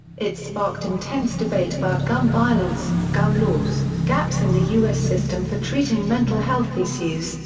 it sparked intense debate about gun violence, gun laws, gaps in the u s. system for treating mental health issues,